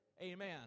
Amen